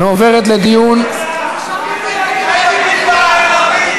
וכאן לחברי הבית הזה,